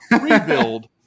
rebuild